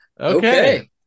Okay